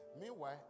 Meanwhile